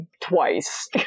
Twice